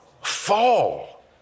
Fall